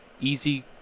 easy